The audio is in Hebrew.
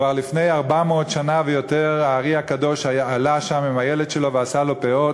כבר לפני 400 שנה ויותר האר"י הקדוש עלה לשם עם הילד שלו ועשה לו פאות.